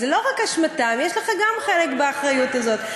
אז זה לא רק אשמתם, גם יש לך חלק באחריות הזאת.